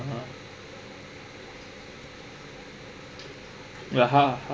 a'ah but how how